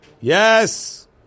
yes